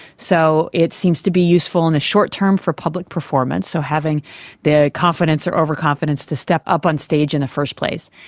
so it seems to be useful in the short term for public performance, so having the confidence or overconfidence to step up on stage in the first place.